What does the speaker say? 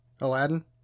Aladdin